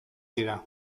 dira